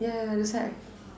yeah that's why